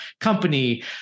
company